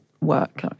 work